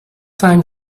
time